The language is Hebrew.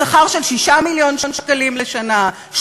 בשכר של 6 מיליון שקלים לשנה,